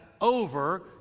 over